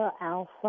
Alpha